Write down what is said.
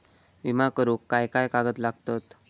विमा करुक काय काय कागद लागतत?